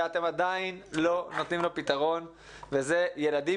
ואתם עדיין לא נותנים לו פתרון וזה נושא ילדים